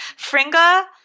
Fringa